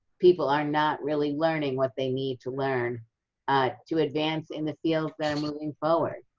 people are not really learning what they need to learn ah to advance in the fields that are moving forward.